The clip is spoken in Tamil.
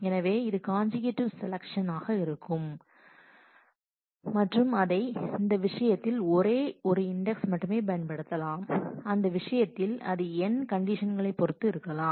எனவே இது காஞ்சுகிட்டிவ் செலக்ட் ஆக இருக்கலாம் மற்றும் அவை அந்த விஷயத்தில் ஒரே ஒரு இண்டெக்ஸ் மட்டுமே பயன்படுத்தலாம் அந்த அந்த விஷயத்தில் அது n கண்டிஷன்களை பொருத்து இருக்கலாம்